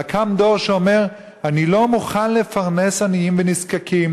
אלא קם דור שאומר: אני לא מוכן לפרנס עניים ונזקקים,